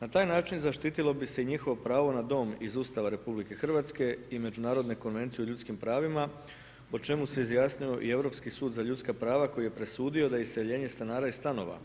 Na taj način zaštitilo bi se njihovo pravo na dom iz Ustava RH, i međunarodne konvencije o ljudskim pravima o čemu se je izjasnio i Europski sud za ljudska prava koji je presudio da je iseljenje stanara iz stanova